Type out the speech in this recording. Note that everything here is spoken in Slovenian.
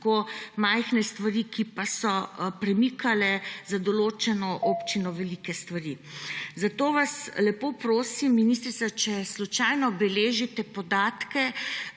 tako majhne stvari, ki pa so premikale za določeno občino velike stvari. Zato vas lepo prosim, ministrica, če jih slučajno beležite, za podatke,